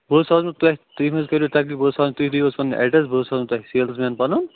بہٕ حظ سوزَو تۄہہِ تُہۍ مٔہ حظ کٔرِو تکلیٖف بہٕ حظ سوزَو تُہۍ دِیو حظ پَنُن ایٚڈرَس بہٕ حظ سوزَن تۄہہِ سیلٕز مین پَنُن